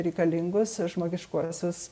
reikalingus žmogiškuosius